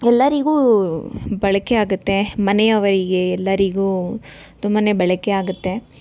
ಎಲ್ಲರಿಗೂ ಬಳಕೆಯಾಗುತ್ತೆ ಮನೆಯವರಿಗೆ ಎಲ್ಲರಿಗೂ ತುಂಬಾ ಬಳಕೆಯಾಗುತ್ತೆ